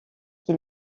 qui